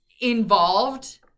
involved